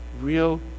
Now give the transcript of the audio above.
real